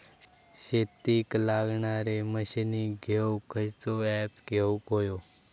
शेतीक लागणारे मशीनी घेवक खयचो ऍप घेवक होयो?